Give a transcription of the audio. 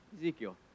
Ezekiel